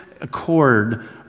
accord